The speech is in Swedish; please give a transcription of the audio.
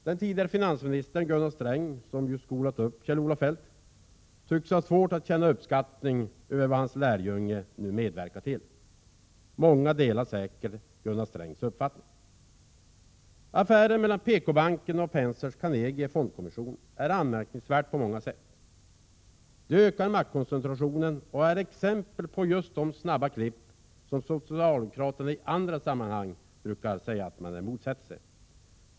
Den tidigare finansministern, Gunnar Sträng, som ju skolat upp Kjell-Olof Feldt, tycks ha svårt att känna uppskattning över vad hans lärjunge nu medverkar till. Många delar säkert Gunnar Strängs uppfattning. Affären mellan PKbanken och Pensers Carnegie Fondkommission är anmärkningsvärd på många sätt. Den ökar maktkoncentrationen och gynnar just de snabba klipp som socialdemokraterna brukar säga att de motsätter sig.